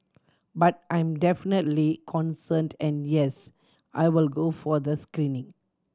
but I'm definitely concerned and yes I will go for the screening